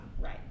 Right